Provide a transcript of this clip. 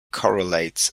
correlates